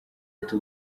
ati